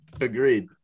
Agreed